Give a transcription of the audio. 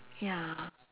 ya